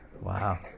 Wow